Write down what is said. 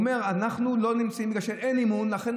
הוא אומר: אנחנו לא נמצאים בגלל שאין אמון, ולכן